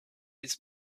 this